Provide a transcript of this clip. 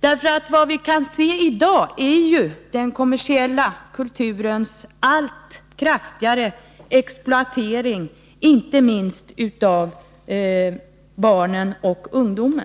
därför att vad vi kan se i dag är ju den kommersiella kulturens allt kraftigare exploatering av inte minst barn och ungdom.